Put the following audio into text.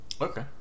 Okay